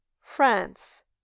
France